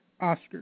Oscar